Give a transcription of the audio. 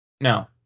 No